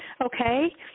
okay